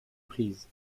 prise